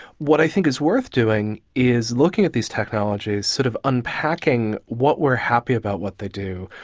what i think is worth doing is looking at these technologies, sort of unpacking what we are happy about what they do,